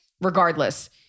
Regardless